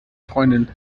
freundin